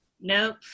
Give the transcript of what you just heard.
Nope